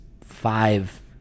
five